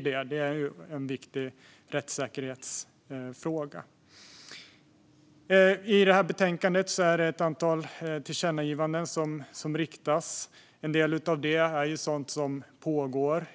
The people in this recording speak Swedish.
sker är en viktig rättssäkerhetsfråga. I betänkandet föreslås ett antal tillkännagivanden. En del av dem gäller sådant som pågår.